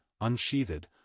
unsheathed